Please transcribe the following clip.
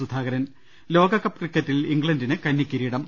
സുധാകരൻ ലോകകപ്പ് ക്രിക്കറ്റിൽ ഇംഗ്ലണ്ടിന് കന്നി കിരീടം